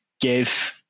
give